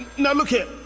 now look here,